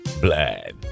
Blood